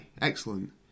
Excellent